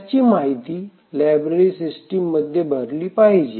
त्याची माहिती library system मध्ये भरली पाहिजे